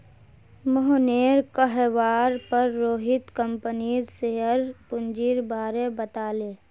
मोहनेर कहवार पर रोहित कंपनीर शेयर पूंजीर बारें बताले